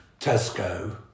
Tesco